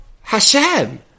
Hashem